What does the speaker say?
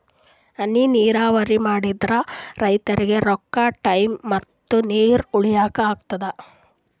ಹನಿ ನೀರಾವರಿ ಮಾಡಾದ್ರಿಂದ್ ರೈತರಿಗ್ ರೊಕ್ಕಾ ಟೈಮ್ ಮತ್ತ ನೀರ್ ಉಳ್ತಾಯಾ ಆಗ್ತದಾ